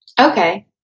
Okay